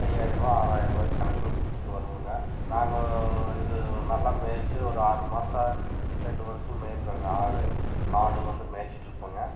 ஐயாயிர்ரூவா ஆறாயிர்ரூவாக்கு கணக்கில் பிடிச்சுட்டு வருவோங்க நாங்கள் இது நல்லா மேய்ச்சு ஒரு ஆறு மாதம் ரெண்டு வருஷம் மேய்ப்போம்க ஆடு மாடு வந்து மேய்ச்சிட்டிருப்போங்க